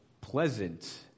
pleasant